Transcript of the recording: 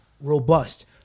robust